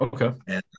Okay